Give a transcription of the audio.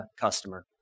customer